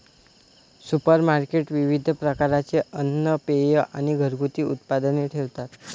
supermarket विविध प्रकारचे अन्न, पेये आणि घरगुती उत्पादने ठेवतात